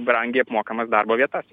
brangiai apmokamas darbo vietas